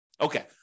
Okay